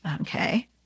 Okay